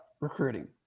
recruiting